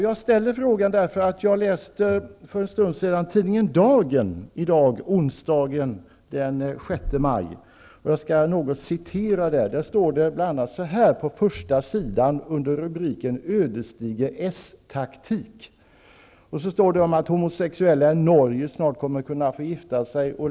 Jag ställer frågan därför att jag för en stund sedan läste tidningen Dagen för onsdagen den 6 maj. På första sidan under rubriken Ödesdiger staktik står det bl.a. att homosexuella i Norge snart kommer att kunna gifta sig.